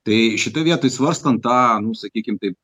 tai šitoj vietoj svarstant tą nu sakykim taip